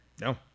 No